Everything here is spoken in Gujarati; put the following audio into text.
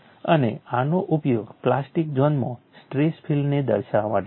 અને આનો ઉપયોગ પ્લાસ્ટિક ઝોનમાં સ્ટ્રેસ ફીલ્ડને દર્શાવવા માટે થાય છે